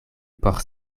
por